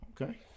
Okay